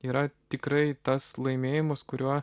yra tikrai tas laimėjimas kuriuo